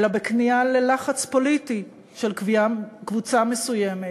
אלא בכניעה ללחץ פוליטי של קבוצה מסוימת.